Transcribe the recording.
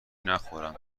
نخورم